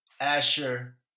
Asher